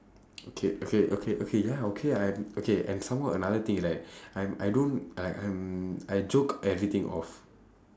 okay okay okay okay ya okay I am okay and some more another thing is like I'm I don't like I'm I joke everything off